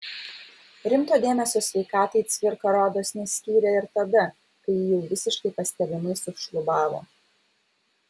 rimto dėmesio sveikatai cvirka rodos neskyrė ir tada kai ji jau visiškai pastebimai sušlubavo